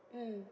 mm